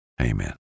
Amen